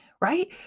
right